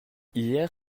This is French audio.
hier